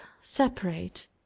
separate